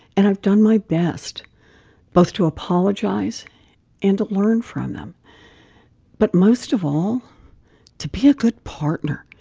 and i've done my best both to apologize and to learn from them but most of all to be a good partner,